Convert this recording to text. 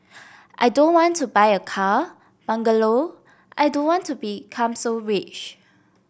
I don't want to buy a car bungalow I don't want to become so rich